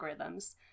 algorithms